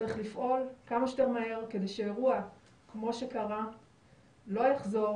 צריך לפעול כמה שיותר מהר כדי שאירוע כמו שקרה לא יחזור.